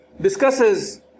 discusses